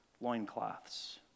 loincloths